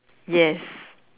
yes